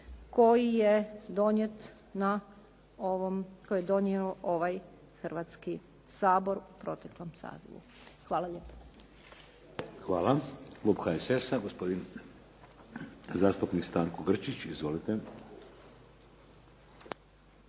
koji je donio ovaj Hrvatski sabor u proteklom sazivu. Hvala lijepo. **Šeks, Vladimir (HDZ)** Hvala. Klub HSS-a, gospodin zastupnik Stanko Grčić. Izvolite.